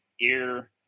ear